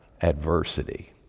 adversity